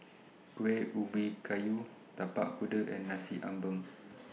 Kueh Ubi Kayu Tapak Kuda and Nasi Ambeng